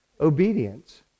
Obedience